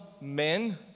men